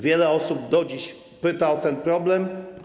Wiele osób do dziś pyta o ten problem.